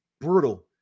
brutal